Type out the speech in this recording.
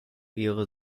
ehre